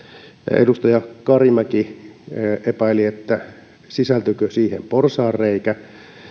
edustaja karimäki epäili sisältyykö siihen huoltovarmuuteen porsaanreikä